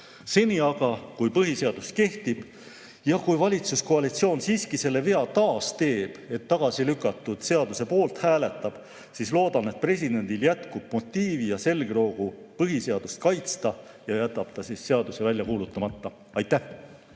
Seni aga, kui põhiseadus kehtib ja kui valitsuskoalitsioon siiski selle vea taas teeb, et tagasi lükatud seaduse poolt hääletab, siis loodame, et presidendil jätkub motiivi ja selgroogu põhiseadust kaitsta ja ta jätab ka seaduse välja kuulutamata. Aitäh!